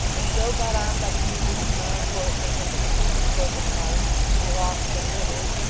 and so got on by degrees to mind horses, and to sleep in course of time in lofts and litter,